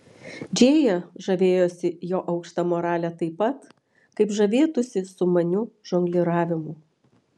džėja žavėjosi jo aukšta morale taip pat kaip žavėtųsi sumaniu žongliravimu